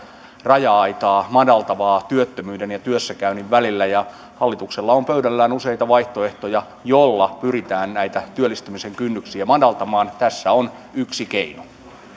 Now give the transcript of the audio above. raja aitaa madaltavaa toimintaa työttömyyden ja työssäkäynnin välillä ja hallituksella on pöydällään useita vaihtoehtoja joilla pyritään näitä työllistämisen kynnyksiä madaltamaan tässä on yksi keino otamme